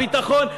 הביטחון,